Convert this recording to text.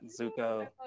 Zuko